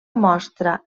mostra